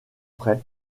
près